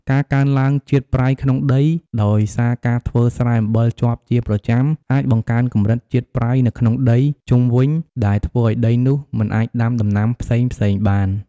ការកើនឡើងជាតិប្រៃក្នុងដី ដោយសារការធ្វើស្រែអំបិលជាប់ជាប្រចាំអាចបង្កើនកម្រិតជាតិប្រៃនៅក្នុងដីជុំវិញ ដែលធ្វើឱ្យដីនោះមិនអាចដាំដំណាំផ្សេងៗបាន។